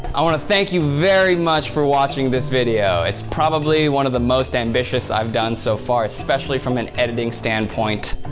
i wanna thank you very much for watching this video. it's probably one of the most ambitious i've done so far, especially from an editing standpoint.